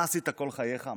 מה עשית כל חייך,